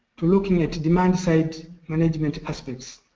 looking at demand side management aspects.